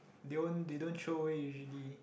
they won't they don't throw away usually